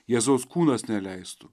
jėzaus kūnas neleistų